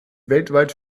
weltweit